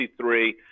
1963